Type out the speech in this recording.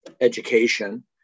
education